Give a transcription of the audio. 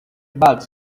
bags